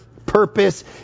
Purpose